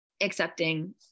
accepting